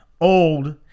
old